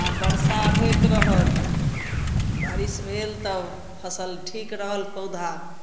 आओर बरसा होइत रहल बारिश भेल तब फसल ठीक रहल पौधा